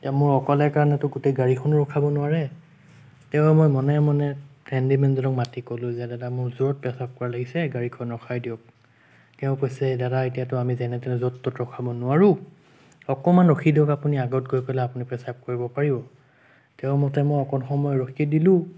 এতিয়া মোৰ অকলে কাৰণেতো গোটেই গাড়ীখন ৰখাব নোৱাৰে তেও মই মনে মনে হেণ্ডিমেনজনক মাতি ক'লোঁ যে দাদা মোৰ জোৰত পেচাব কৰা লাগিছে গাড়ীখন ৰখাই দিয়ক তেওঁ কৈছে দাদা এতিয়াতো আমি যেনে তেনে য'ত ত'ত ৰখাব নোৱাৰো অকণমান ৰখি দিয়ক আপুনি আগত গৈ পেলাই পেচাব কৰিব পাৰিব তেওঁৰ মতে মই অকণ সময় ৰখি দিলোঁ